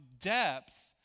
Depth